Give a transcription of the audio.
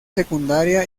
secundaria